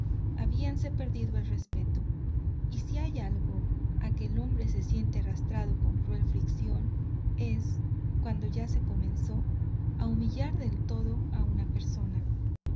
disgusto emponzoñado habíanse perdido el respeto y si hay algo a que el hombre se siente arrastrado con cruel fricción es cuando ya se comenzó a humillar del todo a una persona